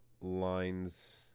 lines